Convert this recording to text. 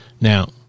Now